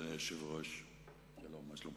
אדוני היושב-ראש, שלום, מה שלומך?